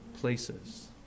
places